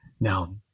Now